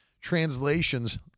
translations